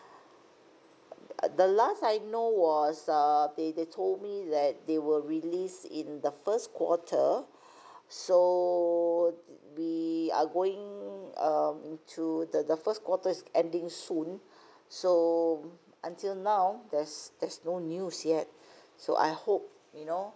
the last know was err they they told me that they will release in the first quarter so we are going um to the the first quarter is ending soon so until now there's there's no news yet so I hope you know